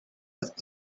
with